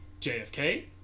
JFK